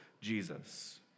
Jesus